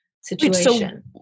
situation